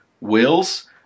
Wills